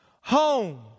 home